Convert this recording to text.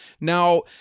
Now